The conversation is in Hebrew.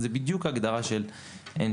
זאת בדיוק ההגדרה של הגמלה למדד,